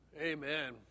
Amen